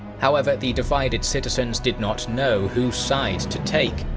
however, the divided citizens did not know whose side to take,